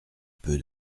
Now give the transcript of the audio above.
peu